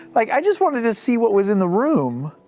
like i just wanted to see what was in the room,